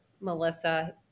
Melissa